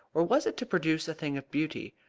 or was it to produce a thing of beauty?